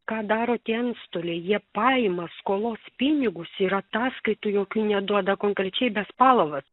ką daro tie antstoliai jie paima skolos pinigus ir ataskaitų jokių neduoda konkrečiai bespalovas